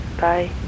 Bye